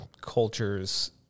cultures